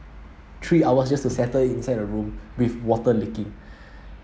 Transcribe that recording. three hours just to settle inside a room with water leaking